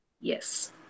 Yes